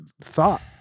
thought